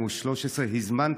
הזמנתם,